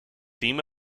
theme